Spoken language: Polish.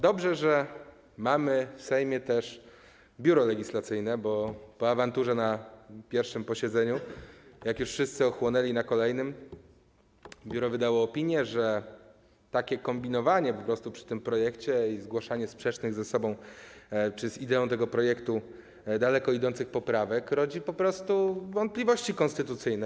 Dobrze, że mamy w Sejmie Biuro Legislacyjne, bo po awanturze na pierwszym posiedzeniu, jak już wszyscy ochłonęli na kolejnym, biuro wydało opinię, że takie kombinowanie przy tym projekcie i zgłaszanie sprzecznych ze sobą czy z ideą tego projektu daleko idących poprawek rodzi wątpliwości konstytucyjne.